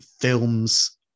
films